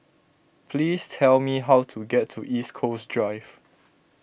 please tell me how to get to East Coast Drive